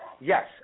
Yes